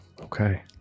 Okay